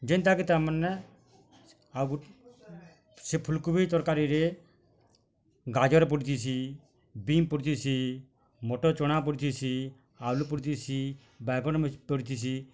ଯେନ୍ତା କି ତା'ର୍ ମାନେ ଆଉ ସେ ଫୁଲ୍ କୋବି ତରକାରୀରେ ଗାଜର୍ ପଡ଼ିଥିସି ବିମ୍ ପଡ଼ିଥିସି ମଟର୍ ଚଣା ପଡ଼ଥିସି ଆଲୁ ପଡ଼ଥିସି ବାଇଗଣ ପଡ଼ଥିସି